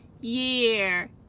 Year